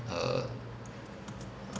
err